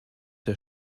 der